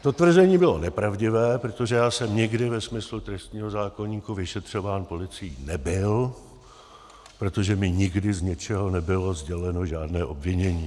To tvrzení bylo nepravdivé, protože já jsem nikdy ve smyslu trestního zákoníku vyšetřován policií nebyl, protože mi nikdy z ničeho nebylo sděleno žádné obvinění.